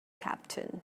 captain